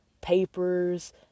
papers